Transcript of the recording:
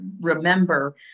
remember